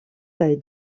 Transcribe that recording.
kaj